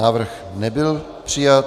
Návrh nebyl přijat.